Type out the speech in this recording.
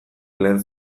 lehen